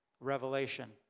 revelation